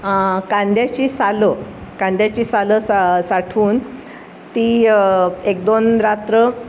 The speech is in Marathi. कांद्याची सालं कांद्याची सालं सा साठवून ती एक दोन रात्र